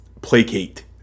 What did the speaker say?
placate